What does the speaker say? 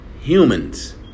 humans